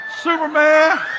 Superman